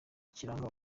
kiranga